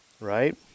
right